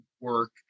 work